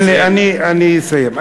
אני מבקש לסיים.